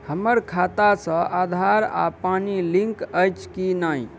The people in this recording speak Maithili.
हम्मर खाता सऽ आधार आ पानि लिंक अछि की नहि?